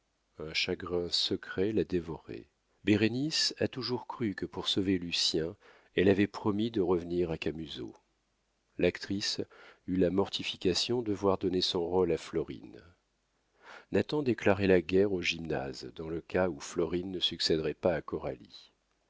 un chagrin secret la dévorait bérénice a toujours cru que pour sauver lucien elle avait promis de revenir à camusot l'actrice eut la mortification de voir donner son rôle à florine nathan déclarait la guerre au gymnase dans le cas où florine ne succéderait pas